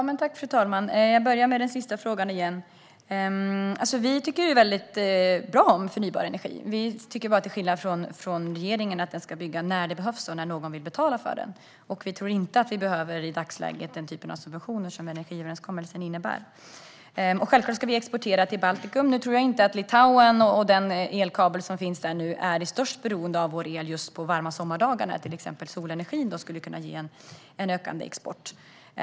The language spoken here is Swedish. Fru talman! Jag börjar med den sista frågan. Vi tycker väldigt bra om förnybar energi. Till skillnad från regeringen tycker vi bara att den ska byggas när den behövs och när någon vill betala för den. Vi tror inte att vi i dagsläget behöver den typ av subventioner som energiöverenskommelsen innebär. Självklart ska vi exportera till Baltikum. Nu tror jag inte att Litauen med den elkabel som finns där nu har störst behov av vår el under varma sommardagar, när solenergin skulle kunna ge ökad export.